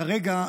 כרגע,